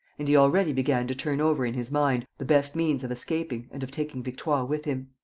and he already began to turn over in his mind the best means of escaping and of taking victoire with him.